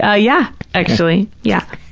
ah yeah, actually, yeah.